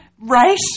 right